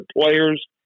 players